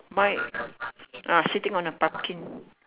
mine ah sitting on a pumpkin